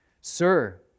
sir